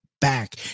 back